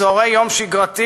בצהרי יום שגרתי,